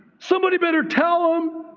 somebody better tell um